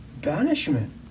banishment